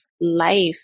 life